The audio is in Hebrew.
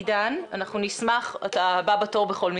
עידן, אתה הבא בתור בכל מקרה.